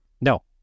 No